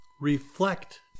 Reflect